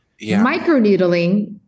Microneedling